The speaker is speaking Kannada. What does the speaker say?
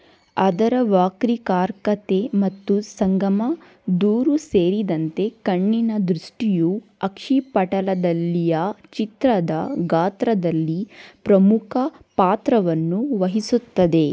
ಅದರ ವಕ್ರೀಕಾರಕತೆ ಮತ್ತು ಸಂಗಮ ದೂರ ಸೇರಿದಂತೆ ಕಣ್ಣಿನ ದೃಷ್ಟಿಯು ಅಕ್ಷಿಪಟಲದಲ್ಲಿಯ ಚಿತ್ರದ ಗಾತ್ರದಲ್ಲಿ ಪ್ರಮುಖ ಪಾತ್ರವನ್ನು ವಹಿಸುತ್ತದೆ